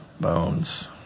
bones